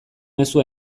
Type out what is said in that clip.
mezu